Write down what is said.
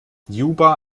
juba